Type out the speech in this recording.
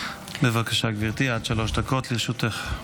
בבקשה, גברתי, עד שלוש דקות לרשותך.